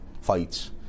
fights